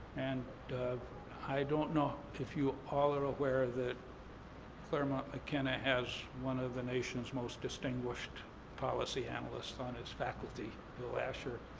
and i don't know if you all are aware that claremont mckenna has one of the nation's most distinguished policy analysts on its faculty, bill ascher.